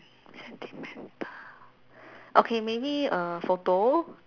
sentimental okay maybe err photos